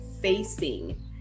facing